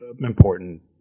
important